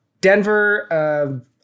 Denver